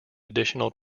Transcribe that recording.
additional